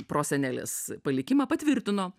prosenelės palikimą patvirtino